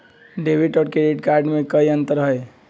Debit और credit card में कई अंतर हई?